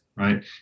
right